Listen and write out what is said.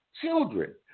children